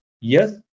Yes